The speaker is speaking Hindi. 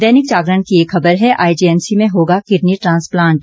दैनिक जागरण की एक खबर है आईजीएमसी में होगा किडनी ट्रांसप्लांट